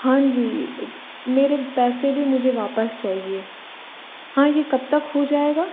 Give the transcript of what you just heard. हाँ जी मेरे पैसे भी मुझे वापस चाहिए हाँ यह कब तक हो जाएगा